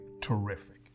terrific